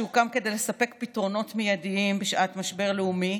שהוקם כדי לספק פתרונות מיידיים בשעת משבר לאומי,